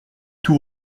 tout